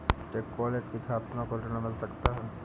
क्या कॉलेज के छात्रो को ऋण मिल सकता है?